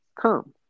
come